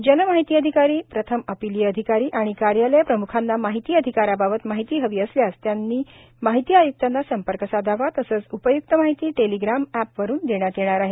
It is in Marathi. जन माहिती अधिकारी प्रथम अपिलीय अधिकारी आणि कार्यालय प्रमुखांना माहिती अधिकाराबाबत माहिती हवी असल्यास त्यांनी माहिती आयुक्तांना संपर्क साधावा तसंच उपय्क्त माहिती टेलिग्राम एपवरून देण्यात येणार आहे